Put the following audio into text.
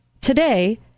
Today